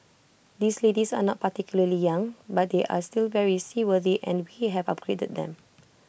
these ladies are not particularly young but they are still very seaworthy and we have upgraded them